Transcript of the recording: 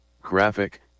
Graphic